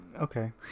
Okay